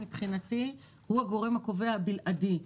מבחינתי הוא הגורם הקובע הבלעדי.